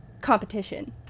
competition